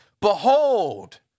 Behold